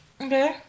Okay